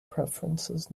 preferences